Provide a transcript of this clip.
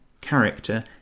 character